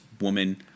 woman